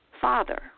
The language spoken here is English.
Father